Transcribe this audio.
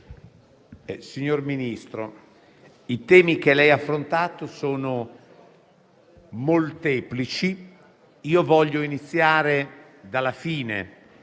signor Ministro, i temi che lei ha affrontato sono molteplici, io voglio iniziare dalla fine ed